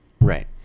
Right